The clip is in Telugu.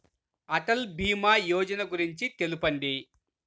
అటల్ భీమా యోజన గురించి తెలుపండి?